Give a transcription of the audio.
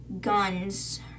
guns